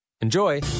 Enjoy